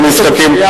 ולא נזקקים,